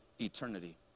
eternity